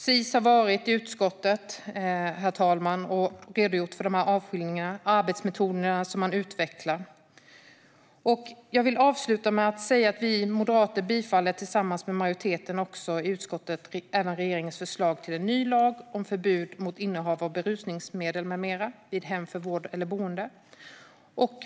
Sis har varit i utskottet, herr talman, och redogjort för avskiljningarna och arbetsmetoderna som man utvecklar. Jag vill avsluta med att säga att vi moderater tillsammans med majoriteten i utskottet även bifaller regeringens förslag till en ny lag om förbud mot innehav av berusningsmedel med mera vid hem för vård eller boende.